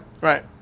right